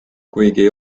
kuigi